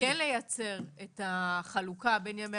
אם יסכימו המציעים כן לייצר את החלוקה בין ימי